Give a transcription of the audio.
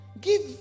give